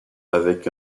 avec